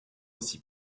aussi